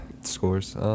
scores